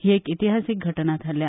ही एक इतिहासीक घटना थारल्या